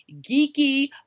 geeky